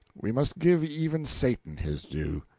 we must give even satan his due.